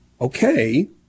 Okay